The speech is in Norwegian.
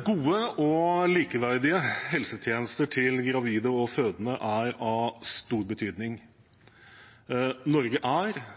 Gode og likeverdige helsetjenester til gravide og fødende er av stor betydning. Norge er,